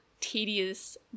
tedious